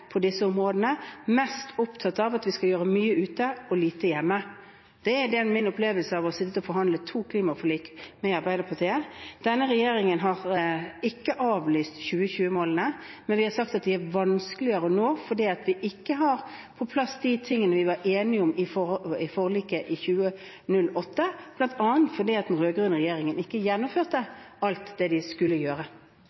på disse områdene, og mest opptatte av at vi skal gjøre mye ute og lite hjemme. Det er min opplevelse etter å ha sittet og forhandlet to klimaforlik med Arbeiderpartiet. Denne regjeringen har ikke avlyst 2020-målene, men vi har sagt at de er vanskeligere å nå fordi vi ikke har på plass de tingene vi var enige om i forliket i 2008, bl.a. fordi den rød-grønne regjeringen ikke gjennomførte alt de skulle gjøre.